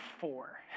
four